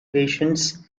patients